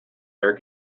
air